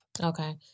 Okay